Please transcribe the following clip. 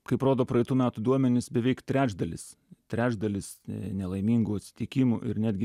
kaip rodo praeitų metų duomenys beveik trečdalis trečdalis nelaimingų atsitikimų ir netgi